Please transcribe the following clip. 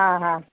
हा हा